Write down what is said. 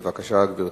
בבקשה, גברתי.